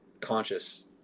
conscious